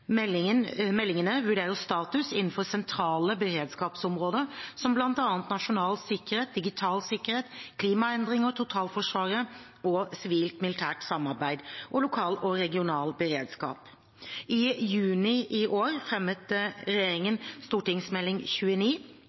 Meldingene vurderer status innenfor sentrale beredskapsområder, som bl.a. nasjonal sikkerhet, digital sikkerhet, klimaendringer, totalforsvaret og sivilt-militært samarbeid, og lokal og regional beredskap. I juni i år fremmet regjeringen Meld. St. 29